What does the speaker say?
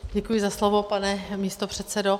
Děkuji za slovo, pane místopředsedo.